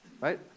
Right